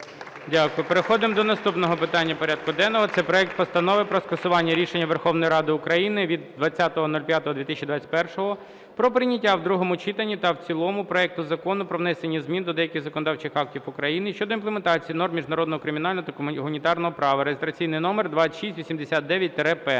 Дякую. Переходимо до наступного питання порядку денного. Це проект Постанови про скасування рішення Верховної Ради України від 20.05.2021 про прийняття у другому читанні та в цілому проекту Закону про внесення змін до деяких законодавчих актів України щодо імплементації норм міжнародного кримінального та гуманітарного права (реєстраційний номер 2689-П).